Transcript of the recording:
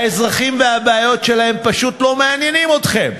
האזרחים והבעיות שלהם פשוט לא מעניינים אתכם.